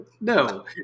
No